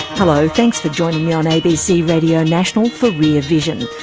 hello, thanks for joining me on abc radio national for rear vision.